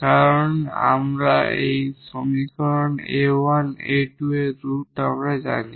কারণ আমরা এই সমীকরণ a1 𝑎2 এর রুট জানি